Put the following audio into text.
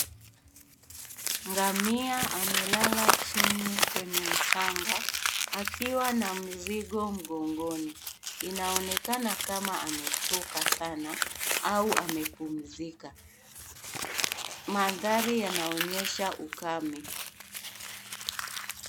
Ngamia amelala chini kwenye mchanga akiwa na mzigo mgongoni . Inaonekana kama amechoka sana au anapumzika . Mandhari inaonyesha ukame.